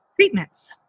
treatments